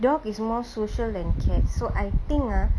dog is more social than cat so I think ah